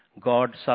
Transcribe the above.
God